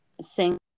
sing